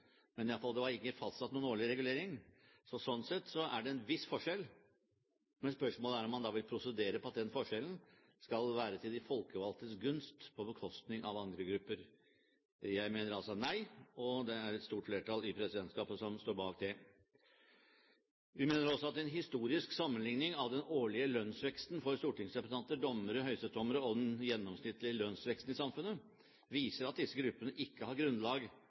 men det var i alle fall ikke fastsatt noen årlig regulering. Så slik sett er det en viss forskjell, men spørsmålet er om man da vil prosedere på at den forskjellen skal være til de folkevalgtes gunst på bekostning av andre grupper. Jeg mener altså nei, og det er et stort flertall i presidentskapet som står bak det. Vi mener også at en historisk sammenlikning mellom den årlige lønnsveksten for stortingsrepresentanter, dommere, høyesterettsdommere og den gjennomsnittlige lønnsveksten i samfunnet viser at disse gruppene ikke har grunnlag